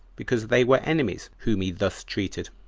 because they were enemies whom he thus treated,